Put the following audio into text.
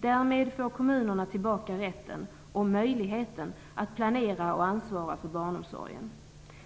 Därmed får kommunerna tillbaka rätten och möjligheten att planera och ansvara för barnomsorgen.